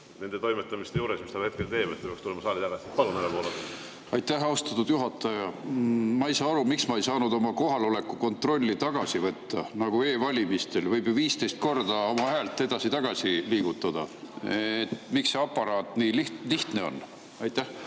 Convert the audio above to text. nende toimetamiste juures, mis ta hetkel teeb, et ta peaks tulema saali tagasi. Palun, härra Poolamets! Aitäh, austatud juhataja! Ma ei saa aru, miks ma ei saanud oma kohaloleku kontrolli tagasi võtta, nagu e-valimistel võib ju 15 korda oma häält edasi-tagasi liigutada. Miks see aparaat nii lihtne on? Aitäh,